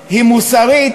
יהיה טריוויאלי,